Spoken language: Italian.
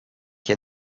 che